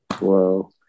Wow